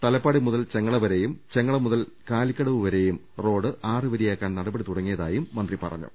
തലപ്പാടി മുതൽ ചെങ്ങള വരെയും ചെങ്ങളമുതൽ കാലിക്കടവ് വരെയും റോഡ് ആറ് വരിയാക്കാൻ നടപടി തുടങ്ങിയതായും മന്ത്രി പറഞ്ഞു